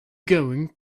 going